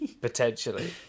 Potentially